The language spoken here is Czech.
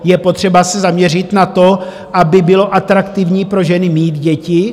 Je potřeba se zaměřit na to, aby bylo atraktivní pro ženy mít děti.